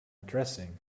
addressing